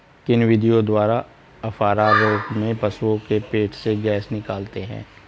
किन विधियों द्वारा अफारा रोग में पशुओं के पेट से गैस निकालते हैं?